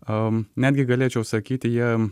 netgi galėčiau sakyti jie